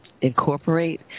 incorporate